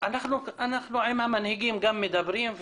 אנחנו עם המנהיגים גם מדברים,